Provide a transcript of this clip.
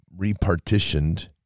repartitioned